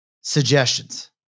suggestions